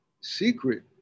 secret